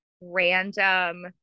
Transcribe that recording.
random